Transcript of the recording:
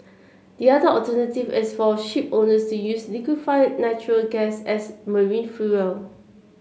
the other alternative is for shipowners to use liquefied natural gas as marine fuel